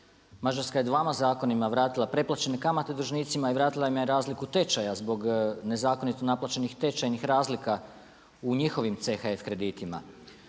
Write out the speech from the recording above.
Mađarska je dvama zakonima vratila preplaćene kamate dužnicima i vratila im je razliku tečaja zbog nezakonito naplaćenih tečajnih razlika u njihovim CHF kreditima.